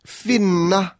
finna